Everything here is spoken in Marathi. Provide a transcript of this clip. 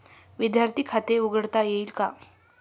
विद्यार्थी खाते उघडता येईल का?